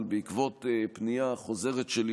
אבל בעקבות פנייה חוזרת שלי,